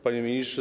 Panie Ministrze!